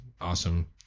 awesome